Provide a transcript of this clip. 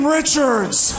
Richards